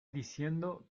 diciendo